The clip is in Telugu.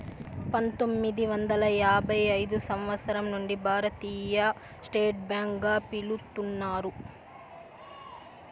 పంతొమ్మిది వందల యాభై ఐదు సంవచ్చరం నుండి భారతీయ స్టేట్ బ్యాంక్ గా పిలుత్తున్నారు